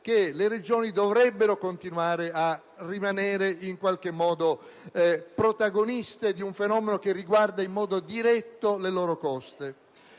che le Regioni dovrebbero continuare ad essere protagoniste di un fenomeno che riguarda in modo diretto le loro coste.